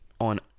on